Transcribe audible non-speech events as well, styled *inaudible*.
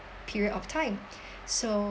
period of time *breath* so